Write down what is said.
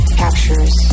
captures